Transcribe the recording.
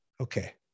okay